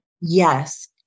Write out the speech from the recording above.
Yes